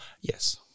yes